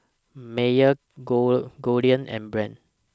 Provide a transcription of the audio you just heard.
Mayer Gold Goldlion and Brand's